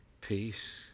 peace